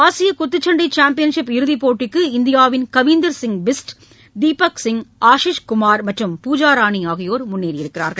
ஆசிய குத்துச்சண்டை காம்பியன்ஷிப் இறுதிப்போட்டிக்கு இந்தியாவின் கவிந்தர் சிங் பிஸ்ட் தீபக் சிங் ஆஷிஸ் குமார் மற்றும் பூஜாராணி ஆகியோர் முன்னேறியுள்ளனர்